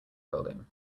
building